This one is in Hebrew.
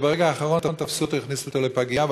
וברגע האחרון תפסו אותו והכניסו אותו לפגייה,